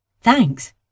Thanks